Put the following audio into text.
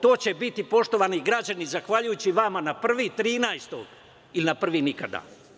To će biti, poštovani građani, zahvaljujući vama na prvi trinaestog ili na prvi nikada.